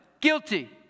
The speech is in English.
Guilty